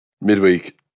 Midweek